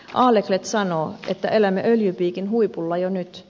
aleklett sanoo että elämme öljypiikin huipulla jo nyt